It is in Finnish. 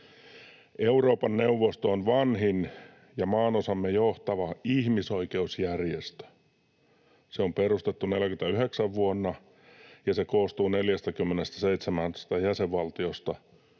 Euroopan neuvosto on vanhin ja maanosamme johtava ihmisoikeusjärjestö. Se on perustettu vuonna 49, ja se koostuu 47 jäsenvaltiosta,